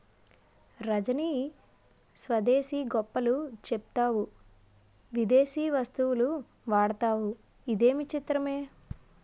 రజనీ స్వదేశీ గొప్పలు చెప్తావు విదేశీ వస్తువులు వాడతావు ఇదేమి చిత్రమో